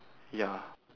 ya